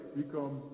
become